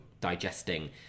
digesting